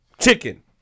Chicken